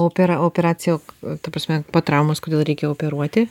opera operacijo ta prasme po traumos kodėl reikia operuoti